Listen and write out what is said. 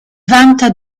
vanta